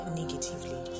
negatively